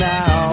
Now